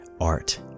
art